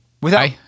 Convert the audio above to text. Without-